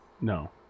No